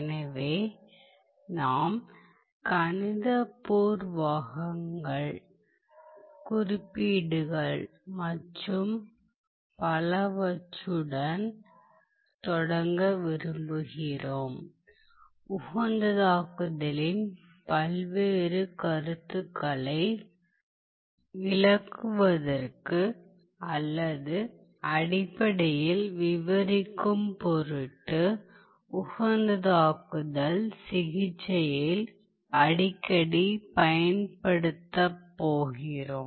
எனவே நாம் கணித பூர்வாங்கங்கள் குறிப்பீடுகள் மற்றும் பலவற்றுடன் தொடங்க விரும்புகிறோம் உகந்ததாக்குதலின் பல்வேறு கருத்துகளை விளக்குவதற்கு அல்லது அடிப்படையில் விவரிக்கும் பொருட்டு உகந்ததாக்குதல் சிகிச்சையில் அடிக்கடி பயன்படுத்தப் போகிறோம்